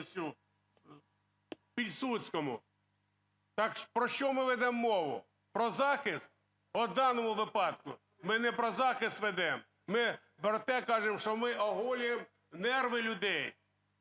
Так про що ми ведемо мову, про захист? От в даному випадку ми не про захист ведемо, ми про те кажемо, що ми оголюємо нерви людей,